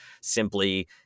simply